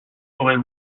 aurait